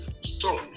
stone